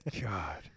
god